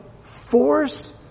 force